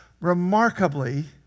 remarkably